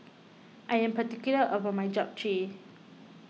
I am particular about my Japchae